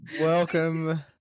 Welcome